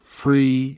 free